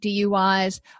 DUIs